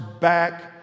back